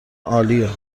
عالیه